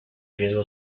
riesgo